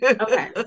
Okay